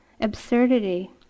Absurdity